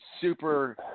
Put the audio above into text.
super